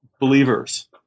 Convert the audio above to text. believers